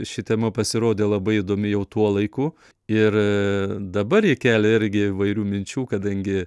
ši tema pasirodė labai įdomi jau tuo laiku ir dabar ji kelia irgi įvairių minčių kadangi